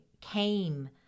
came